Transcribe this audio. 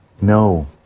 No